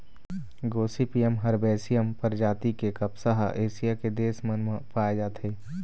Gossypium हरबैसियम परजाति के कपसा ह एशिया के देश मन म पाए जाथे